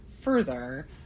further